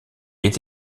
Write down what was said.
est